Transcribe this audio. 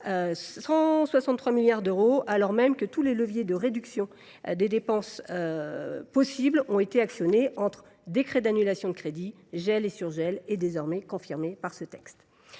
163 milliards d’euros, alors même que tous les leviers possibles de réduction des dépenses ont été actionnés – décret d’annulation de crédits, gel, surgel –, désormais confirmés par ce texte.